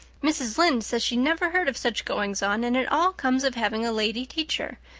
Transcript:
mrs. lynde says she never heard of such goings on and it all comes of having a lady teacher.